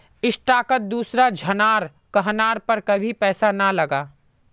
स्टॉकत दूसरा झनार कहनार पर कभी पैसा ना लगा